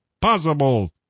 possible